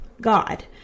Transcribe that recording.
God